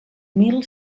mil